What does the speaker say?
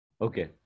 Okay